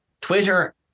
Twitter